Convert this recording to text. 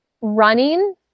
running